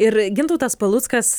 ir gintautas paluckas